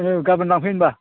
दे गाबोन लांफै होमब्ला